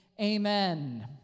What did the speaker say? amen